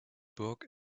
book